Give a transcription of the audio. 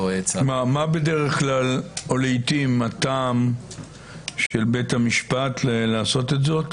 --- מה בדרך כלל הטעם של בית המשפט לעשות זאת?